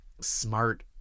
smart